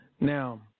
Now